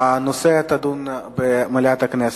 הנושא יידון במליאת הכנסת.